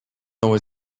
новые